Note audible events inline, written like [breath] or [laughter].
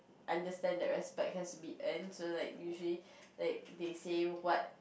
understand that respect has to be earned so like usually [breath] like they say what